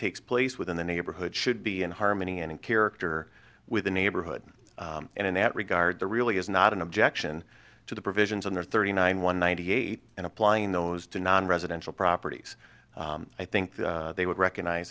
takes place within the neighborhood should be in harmony and in character with the neighborhood and in that regard there really is not an objection to the provisions in there thirty nine one ninety eight and applying those to non residential properties i think that they would recognize